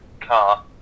car